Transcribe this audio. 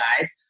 guys